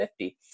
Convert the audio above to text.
50